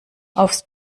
aufs